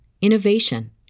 innovation